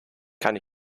kann